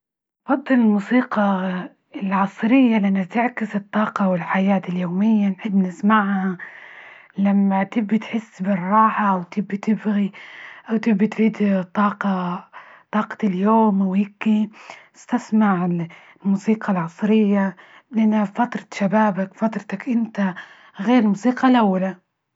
أفضل الموسيقى العصرية، لأنها تعكس الطاقة والحياة اليومية، نحب نسمعها لما تبي تحس بالراحة وتبي تبغي، أو تبي تريدي طاقة طاقة اليوم وهيكي استسمع الموسيقى العصرية لإنها فترة شبابك، فترتك إنت، غير موسيقى الأولى.